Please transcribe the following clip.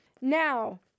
Now